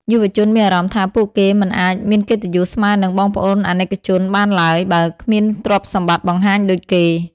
យុវជនមានអារម្មណ៍ថា ពួកគេមិនអាចមានកិត្តិយសស្មើនឹងបងប្អូនអាណិកជនបានឡើយ បើគ្មានទ្រព្យសម្បត្តិបង្ហាញដូចគេ។